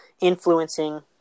influencing